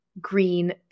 green